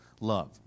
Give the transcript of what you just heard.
Love